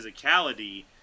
physicality